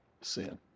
sin